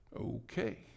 Okay